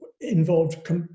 involved